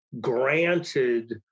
granted